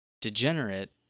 degenerate